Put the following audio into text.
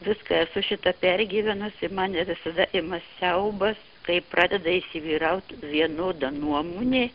viską esu šitą pergyvenusi mane visada ima siaubas kai pradeda įsivyrauti vienoda nuomonė